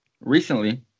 recently